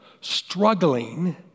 struggling